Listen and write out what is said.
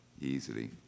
easily